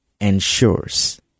ensures